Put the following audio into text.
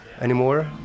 anymore